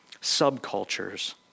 subcultures